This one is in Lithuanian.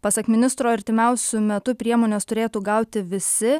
pasak ministro artimiausiu metu priemones turėtų gauti visi